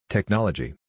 Technology